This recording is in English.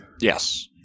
Yes